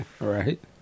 Right